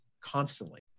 constantly